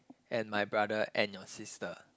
and my brother and your sister